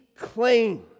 claim